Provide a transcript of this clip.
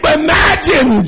imagine